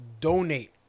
donate